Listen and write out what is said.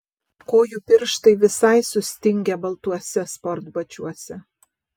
kojų pirštai visai sustingę baltuose sportbačiuose